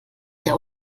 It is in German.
der